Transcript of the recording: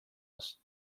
است